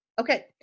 Okay